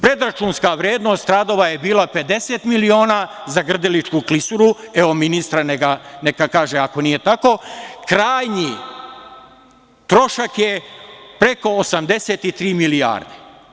Predračunska vrednost radova je bila 50 miliona za Grdeličku klisuru, evo ministra, neka kaže ako nije tako, krajnji trošak je preko 83 milijarde.